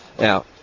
Now